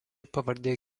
pavardė